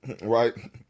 Right